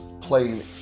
playing